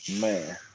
Man